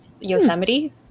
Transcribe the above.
yosemite